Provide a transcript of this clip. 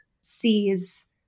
sees